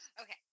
okay